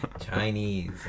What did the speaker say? Chinese